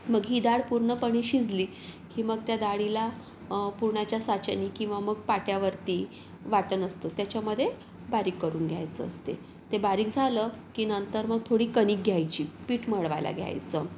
मग ही डाळ पूर्णपणे शिजली की मग त्या डाळीला पुरणाच्या साच्यानी किंवा मग पाट्यावरती वाटण असतं त्याच्यामध्ये बारीक करून घ्यायचं असते ते बारीक झालं की नंतर मग थोडी कणिक घ्यायची पीठ मळवायला घ्यायचं